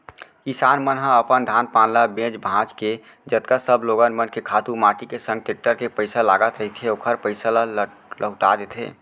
किसान मन ह अपन धान पान ल बेंच भांज के जतका सब लोगन मन के खातू माटी के संग टेक्टर के पइसा लगत रहिथे ओखर पइसा ल लहूटा देथे